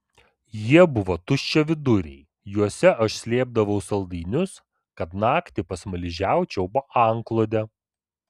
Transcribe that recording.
jie buvo tuščiaviduriai juose aš slėpdavau saldainius kad naktį pasmaližiaučiau po antklode